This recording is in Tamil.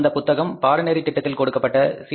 அந்த புத்தகம் பாடநெறி திட்டத்தில் கொடுக்கப்பட்ட சி